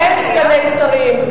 אין סגני שרים.